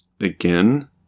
Again